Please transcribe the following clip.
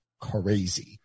crazy